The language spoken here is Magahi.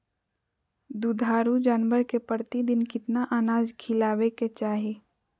दुधारू जानवर के प्रतिदिन कितना अनाज खिलावे के चाही?